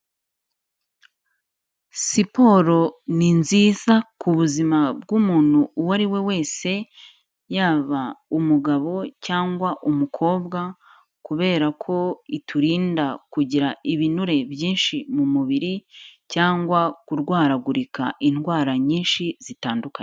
Siporo ni nziza ku buzima bw'umuntu uwo ari we wese, yaba umugabo cyangwa umukobwa, kubera ko iturinda kugira ibinure byinshi mu mubiri cyangwa kurwaragurika indwara nyinshi zitandukanye.